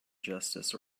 justice